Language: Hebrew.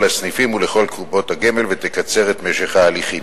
הסניפים ולכל קופות הגמל ותקצר את משך ההליכים.